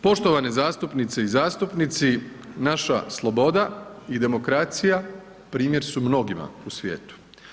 Poštovane zastupnice i zastupnici, naša sloboda i demokracija primjer su mnogima u svijetu.